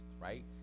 right